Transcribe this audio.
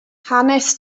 hanes